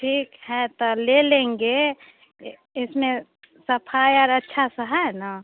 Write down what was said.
ठीक है तो ले लेंगे इसमें सफ़ाई और अच्छा से है ना